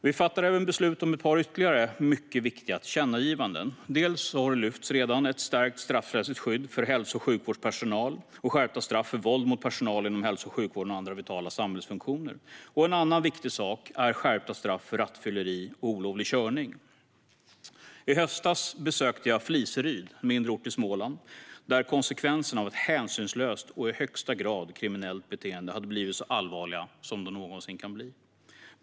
Vi fattar även beslut om ett par ytterligare mycket viktiga tillkännagivanden. Ett handlar om ett stärkt straffrättsligt skydd för hälso och sjukvårdspersonal och skärpta straff för våld mot personal inom hälso och sjukvården och andra vitala samhällsfunktioner, vilket redan har lyfts upp. En annan viktig sak är skärpta straff för rattfylleri och olovlig körning. I höstas besökte jag Fliseryd, en mindre ort i Småland, där konsekvenserna av ett hänsynslöst och i högsta grad kriminellt beteende hade blivit så allvarliga som de någonsin kan bli.